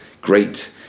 great